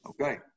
Okay